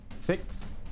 fix